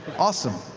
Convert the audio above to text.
awesome.